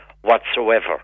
whatsoever